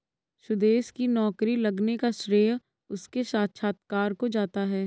सुदेश की नौकरी लगने का श्रेय उसके साक्षात्कार को जाता है